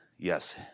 Yes